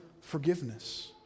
forgiveness